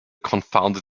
confounded